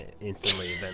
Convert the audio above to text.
instantly